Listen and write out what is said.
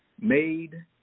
made